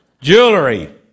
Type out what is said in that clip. Jewelry